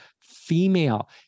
female